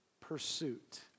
pursuit